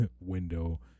window